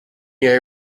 year